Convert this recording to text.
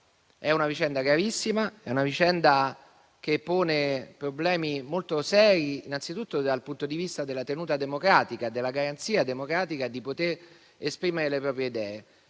È una vicenda gravissima, che pone problemi molto seri, innanzitutto dal punto di vista della tenuta democratica e della garanzia democratica di poter esprimere le proprie idee.